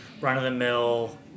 run-of-the-mill